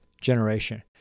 generation